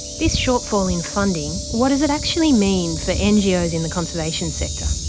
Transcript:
this shortfall in funding what does that actually mean for ngos in the conservation sector?